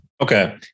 Okay